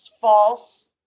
false